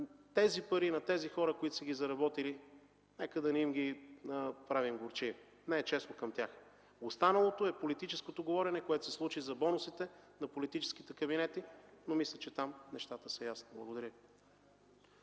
тези пари на тези хора, които са ги заработили, да не им ги правим горчиви. Не е честно към тях. Останалото е политическото говорене, което се случи за бонусите на политическите кабинети, но мисля, че там нещата са ясни. Благодаря